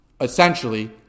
essentially